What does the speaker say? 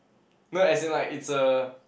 no as in like it's a